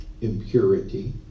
impurity